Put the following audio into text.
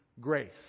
grace